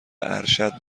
ارشد